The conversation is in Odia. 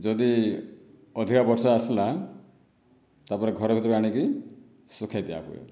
ଯଦି ଅଧିକା ବର୍ଷା ଆସିଲା ତାପରେ ଘର ଭିତରକୁ ଆଣିକି ସୁଖାଇ ଦିଆ ହୁଏ